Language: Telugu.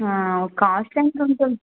కాస్ట్ ఎంతుంటుంది